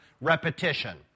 repetition